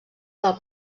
del